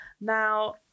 now